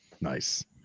Nice